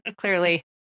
clearly